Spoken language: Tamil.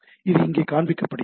இது இங்கே காண்பிக்கப்படுகிறது